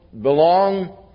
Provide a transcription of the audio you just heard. belong